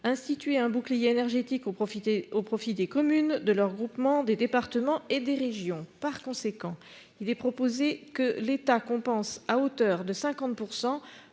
instituer un bouclier énergétique au profit des communes, de leurs groupements, des départements et des régions. Il est proposé que l'État compense à hauteur de 50